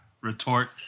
retort